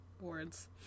words